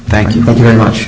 thank you very much